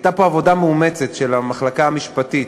הייתה פה עבודה מאומצת של המחלקה המשפטית,